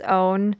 own